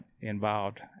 involved